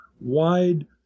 wide